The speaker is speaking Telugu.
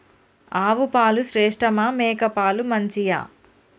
ఆవు పాలు శ్రేష్టమా మేక పాలు మంచియా?